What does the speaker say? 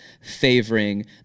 favoring